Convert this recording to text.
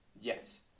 Yes